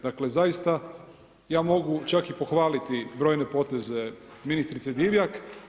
Dakle zaista, ja mogu čak i pohvaliti brojne poteze ministrice Divjak.